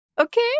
Okay